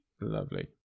Lovely